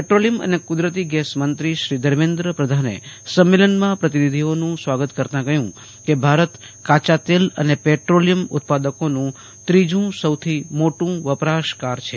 petroleum અને કુ દરતી ગેસ મંત્રી ધમે ન્દ્ર પ્રધાને સંમેલનમાં પ્રતિનિધિઓનાં સ્વાગત કરતાં કહંકે ભારત કાયા તેલ અને પેટ્રોલિયમ ઉત્પાદકોનાં ત્રીજ઼ાંસૌથી મોટાં વપરાશકાર છે